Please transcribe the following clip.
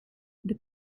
the